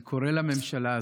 אני קורא לממשלה הזאת,